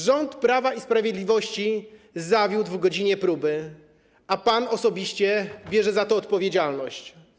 Rząd Prawa i Sprawiedliwości zawiódł w godzinie próby, a pan osobiście bierze za to odpowiedzialność.